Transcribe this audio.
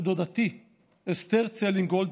ודודתי אסתר ציילינגולד,